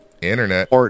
internet